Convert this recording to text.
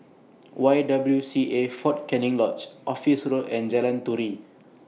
Y W C A Fort Canning Lodge Office Road and Jalan Turi